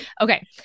Okay